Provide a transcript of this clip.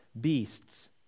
beasts